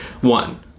one